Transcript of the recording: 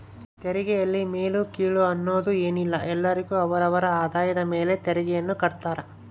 ತೆರಿಗೆಯಲ್ಲಿ ಮೇಲು ಕೀಳು ಅನ್ನೋದ್ ಏನಿಲ್ಲ ಎಲ್ಲರಿಗು ಅವರ ಅವರ ಆದಾಯದ ಮೇಲೆ ತೆರಿಗೆಯನ್ನ ಕಡ್ತಾರ